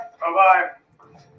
Bye-bye